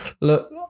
Look